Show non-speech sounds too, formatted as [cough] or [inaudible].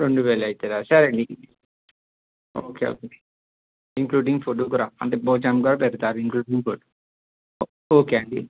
రెండువేలు అవుతుందా సరేండి ఓకే ఒకే ఇంక్లూడింగ్ ఫుడ్డు కూడా అంటే భోజనం కూడా పెడతారు ఇంక్లూడింగ్ ఫుడ్ [unintelligible] ఓకే అండీ